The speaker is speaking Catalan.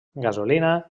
gasolina